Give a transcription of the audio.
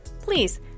Please